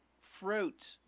fruit